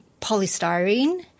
polystyrene